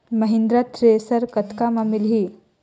Mahindra thresher कतका म मिलही?